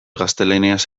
gaztelaniaz